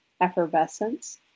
effervescence